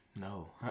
No